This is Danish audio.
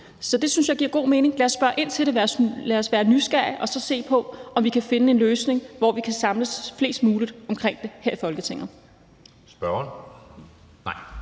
Så det synes jeg giver god mening. Lad os spørge ind til det, og lad os være nysgerrige og så se på, om vi kan finde en løsning, hvor vi kan samles flest muligt omkring det her i Folketinget.